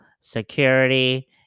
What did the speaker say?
security